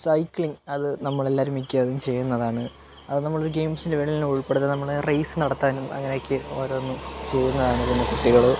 cycling അത് നമ്മള് എല്ലാവരും മിക്കവരും ചെയ്യുന്നതാണ് അത് നമ്മള് ഗെയിംസിൽ വേണേൽ ഉൾപ്പെടുത്താം നമ്മള് റൈസ് നടത്താനും അങ്ങനെ ഒക്കെ ഓരോന്നും ചെയ്യുന്നതാണ്